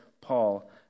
Paul